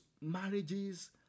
marriages